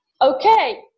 Okay